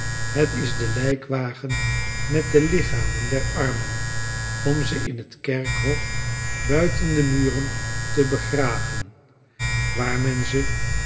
het is de lijkwagen met de lichamen der armen om zeinhet kerkhof buiten de muren te begraven waar men ze